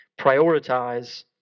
Prioritize